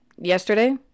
Yesterday